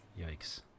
Yikes